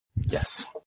Yes